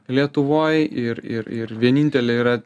lietuvoj ir ir ir vienintelė yra